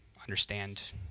understand